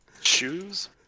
shoes